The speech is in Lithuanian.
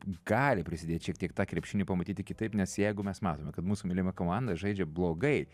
gali prisidėti šiek tiek tą krepšinį pamatyt kitaip nes jeigu mes matome kad mūsų mylima komanda žaidžia blogai